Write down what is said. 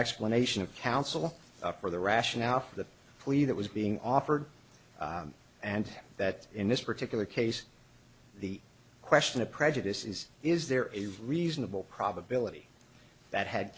explanation of counsel for the rationale for the police that was being offered and that in this particular case the question of prejudice is is there a reasonable probability that had